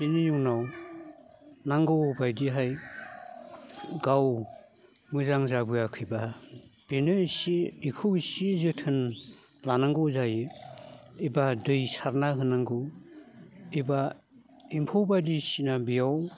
बेनि उनाव नांगौ बायदियै गाव मोजां जाबोआखैब्ला बेनो एसे बेखौ एसे जोथोन लानांगौ जायो एबा दै सारना होनांगौ एबा एम्फौ बायदिसिना बेयाव